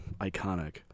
iconic